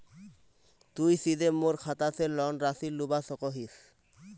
तुई सीधे मोर खाता से लोन राशि लुबा सकोहिस?